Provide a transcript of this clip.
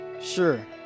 Sure